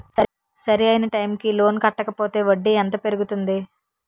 సరి అయినా టైం కి లోన్ కట్టకపోతే వడ్డీ ఎంత పెరుగుతుంది?